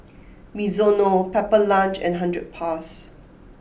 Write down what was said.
Mizuno Pepper Lunch and hundred plus